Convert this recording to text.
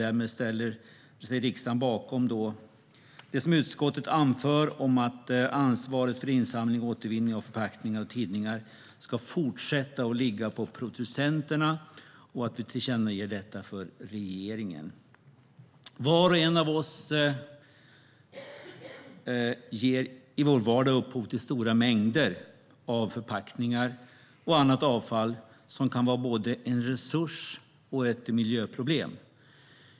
Därmed ställer sig riksdagen bakom det utskottet anför om att ansvaret för insamling och återvinning av förpackningar och tidningar ska fortsätta att ligga på producenterna och tillkännager detta för regeringen. Var och en av oss ger i vår vardag upphov till stora mängder av förpackningar och annat avfall som kan vara både en resurs och ett miljöproblem.